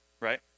right